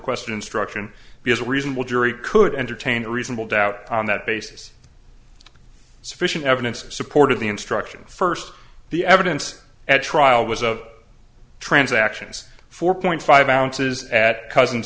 quest an instruction because a reasonable jury could entertain reasonable doubt on that basis sufficient evidence supported the instructions first the evidence at trial was of transactions four point five ounces at cousin